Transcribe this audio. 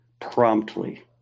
promptly